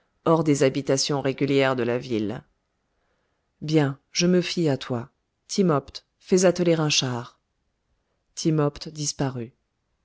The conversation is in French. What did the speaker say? hors des habitations régulières de la ville bien je me fie à toi timopht fais atteler un char timopht disparut